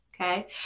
okay